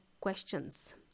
questions